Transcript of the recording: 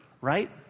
right